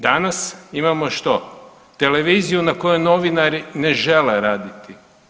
Danas imamo što, televiziju na kojoj novinari ne žele raditi.